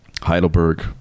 Heidelberg